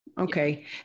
Okay